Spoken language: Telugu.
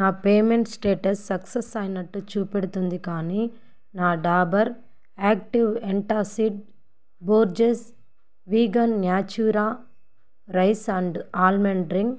నా పేమెంటు స్టేటస్ సక్సస్ అయినట్టు చూపెడుతోంది కానీ నా Dabur active antacid Borges vegan Natura rice and almond drink